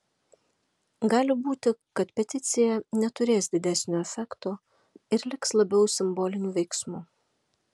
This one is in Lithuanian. gali būti kad peticija neturės didesnio efekto ir liks labiau simboliniu veiksmu